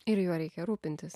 ir juo reikia rūpintis